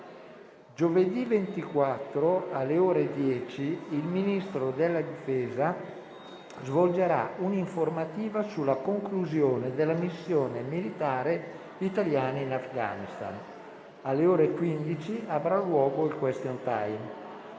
Giovedì 24, alle ore 10, il Ministro della difesa svolgerà un'informativa sulla conclusione della missione militare italiana in Afghanistan. Alle ore 15, avrà luogo il *question* *time*.